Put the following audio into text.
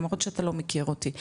למרות שאתה לא מכיר אותי.